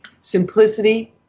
simplicity